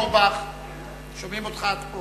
מה שאתה